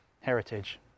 heritage